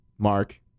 Mark